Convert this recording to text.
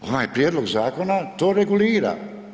Ovaj prijedlog zakona to regulira.